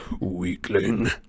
weakling